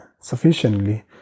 sufficiently